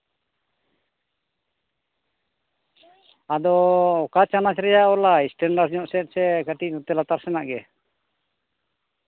ᱟᱫᱚ ᱚᱠᱟ ᱪᱟᱱᱟᱪ ᱨᱮᱭᱟᱜ ᱚᱞᱟ ᱮᱥᱴᱮᱱᱰᱟᱨ ᱧᱚᱜ ᱥᱮᱫ ᱥᱮᱱ ᱥᱮ ᱠᱟᱹᱴᱤᱡ ᱱᱚᱛᱮ ᱞᱟᱛᱟᱨ ᱥᱮᱱᱟᱜ ᱜᱮ